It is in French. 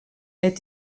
est